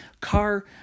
car